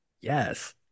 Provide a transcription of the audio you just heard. Yes